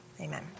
Amen